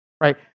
right